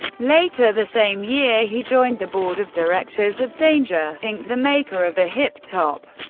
later the same year he joined the board of directors of danger, inc, the maker of the hip top.